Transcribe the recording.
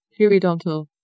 periodontal